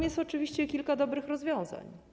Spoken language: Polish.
Jest tam oczywiście kilka dobrych rozwiązań.